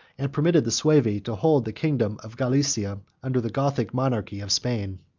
and permitted the suevi to hold the kingdom of gallicia under the gothic monarchy of spain.